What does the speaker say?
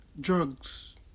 drugs